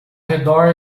redor